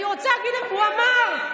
הוא אמר,